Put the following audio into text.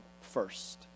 first